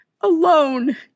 alone